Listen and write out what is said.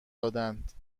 دادند